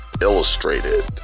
Illustrated